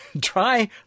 Try